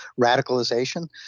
radicalization